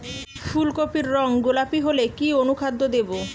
ফুল কপির রং গোলাপী হলে কি অনুখাদ্য দেবো?